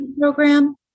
program